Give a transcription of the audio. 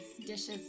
dishes